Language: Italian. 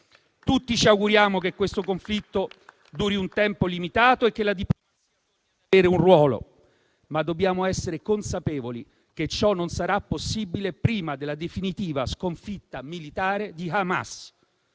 Tutti ci auguriamo che questo conflitto duri un tempo limitato e che la diplomazia possa avere un ruolo, ma dobbiamo essere consapevoli che ciò non sarà possibile prima della definitiva sconfitta militare di Hamas.